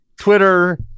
Twitter